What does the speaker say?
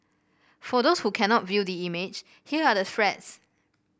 for those who cannot view the image here are the threats